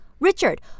Richard